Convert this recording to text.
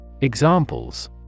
Examples